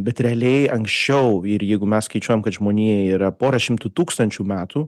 bet realiai anksčiau ir jeigu mes skaičiuojam kad žmonijai yra pora šimtų tūkstančių metų